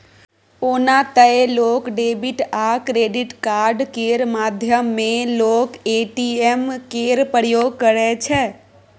ओना तए लोक डेबिट आ क्रेडिट कार्ड केर माध्यमे लोक ए.टी.एम केर प्रयोग करै छै